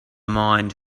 mind